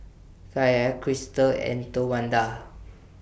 Kaia Kristal and Towanda